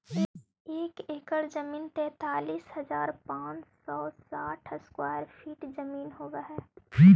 एक एकड़ जमीन तैंतालीस हजार पांच सौ साठ स्क्वायर फीट जमीन होव हई